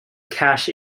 cash